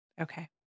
Okay